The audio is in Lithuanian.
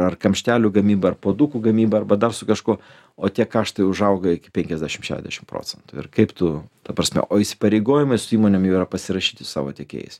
ar kamštelių gamyba ar puodukų gamyba arba dar su kažkuo o tie kaštai užauga iki penkiasdešimt šešdešimt procentų ir kaip tu ta prasme o įsipareigojimai su įmonėm jau yra pasirašyti su savo tiekėjais